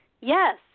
yes